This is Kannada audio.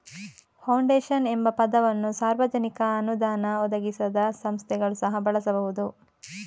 ಫೌಂಡೇಶನ್ ಎಂಬ ಪದವನ್ನು ಸಾರ್ವಜನಿಕ ಅನುದಾನ ಒದಗಿಸದ ಸಂಸ್ಥೆಗಳು ಸಹ ಬಳಸಬಹುದು